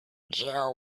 jaw